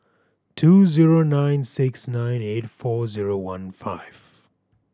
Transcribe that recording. two zero nine six nine eight four zero one five